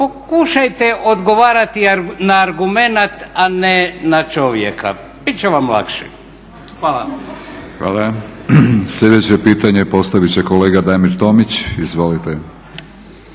pokušajte odgovarati na argumenat, a ne na čovjeka, bit će vam lakše. Hvala. **Batinić, Milorad (HNS)** Sljedeće pitanje postavit će kolega Damir Tomić. Izvolite.